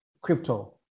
crypto